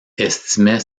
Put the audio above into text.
estimait